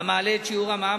המעלה את שיעור המע"מ,